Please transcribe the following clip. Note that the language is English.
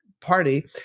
party